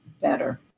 better